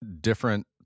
different